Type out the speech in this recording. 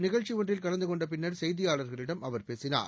நிகழ்ச்சி ஒன்றில் கலந்து கொண்ட பின்னர் செய்தியாளர்களிடம் அவர் பேசினார்